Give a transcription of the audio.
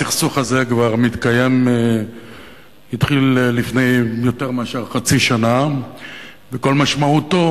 הסכסוך הזה התחיל לפני יותר מחצי שנה וכל משמעותו